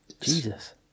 Jesus